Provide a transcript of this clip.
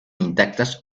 intactas